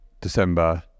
December